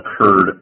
occurred